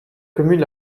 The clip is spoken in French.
commune